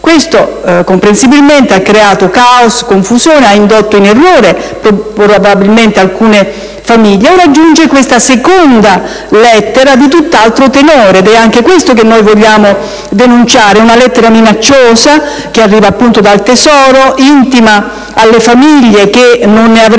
Questo comprensibilmente ha creato caos, confusione e, probabilmente, ha indotto in errore alcune famiglie. Ora giunge questa seconda lettera di tutt'altro tenore (ed è anche questo che vogliamo denunciarlo), una lettera minacciosa che arriva dal Ministero del tesoro ed intima alle famiglie che non ne avrebbero